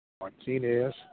Martinez